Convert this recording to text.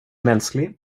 mänsklig